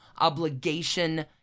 obligation